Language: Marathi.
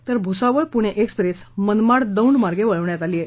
तर भुसावळ पुणे एक्सप्रेस मनमाड दौंड मार्गे वळवण्यात आली आहे